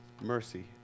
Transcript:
mercy